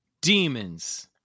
Demons